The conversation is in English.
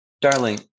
darling